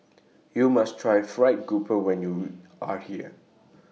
YOU must Try Fried Grouper when YOU Are here